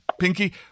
Pinky